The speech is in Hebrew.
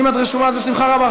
אם את רשומה, אז בשמחה רבה.